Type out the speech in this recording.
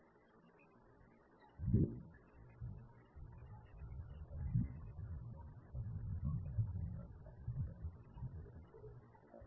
மேலும் சில எல்லை நிபந்தனைகளுடன் சேர்ந்து நாம் L ஐ ஹெர்மிடியனாக ஆக்கலாம் அதாவது A A எனவே A என்று உங்களுக்குத் தெரிந்தால் உங்களிடம் எல்லா பண்புகளும் உள்ளன